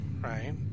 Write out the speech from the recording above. right